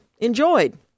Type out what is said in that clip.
enjoyed